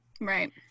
Right